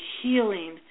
healing